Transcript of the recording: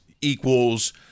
equals